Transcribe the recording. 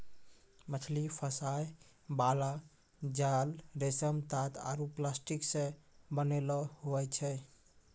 मछली फसाय बाला जाल रेशम, तात आरु प्लास्टिक से बनैलो हुवै छै